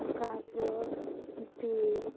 গাজর বিট